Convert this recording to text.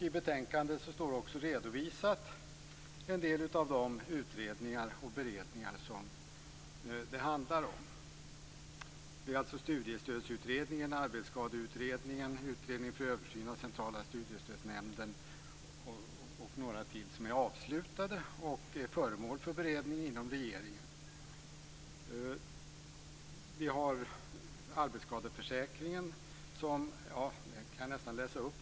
I betänkandet står också redovisat en del av de utredningar och beredningar som det handlar om. Det är alltså Studiestödsutredningen, Arbetsskadeutredningen, Utredningen för översyn av Centrala studiestödsnämnden och några till som är avslutade och föremål för beredning inom regeringen. Man skriver om arbetsskadeförsäkringen. Jag kan läsa upp vad som skrivs.